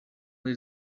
muri